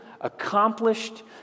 accomplished